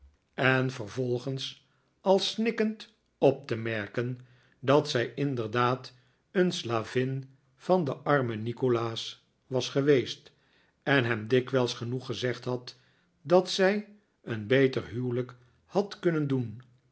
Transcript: en vervolgens al snikkend op te merken dat zij inderdaad een slavin van den armen nikolaas was geweest en hem dikwijls genoeg gezegd had dat zij een beter huwelijk had kunnen doen